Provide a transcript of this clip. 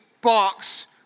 box